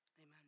Amen